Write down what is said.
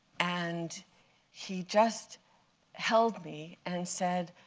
and he just held me and said,